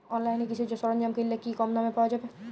অনলাইনে কৃষিজ সরজ্ঞাম কিনলে কি কমদামে পাওয়া যাবে?